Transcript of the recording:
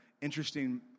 interesting